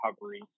recovery